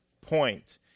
point